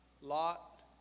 Lot